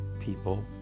people